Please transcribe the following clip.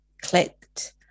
clicked